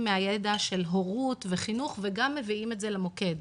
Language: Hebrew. מהידע של הורות וחינוך וגם מביאים את זה למוקד.